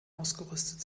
ausgerüstet